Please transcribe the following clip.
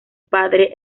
padre